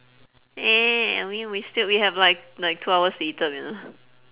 eh edwin we stil~ we have like like two hours to eat up you know